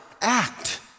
act